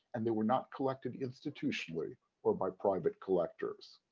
and they were not collected institutionally or by private collectors.